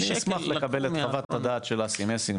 -- אני אשמח לקבל את חוות הדעת של אסי מסינג,